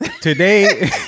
today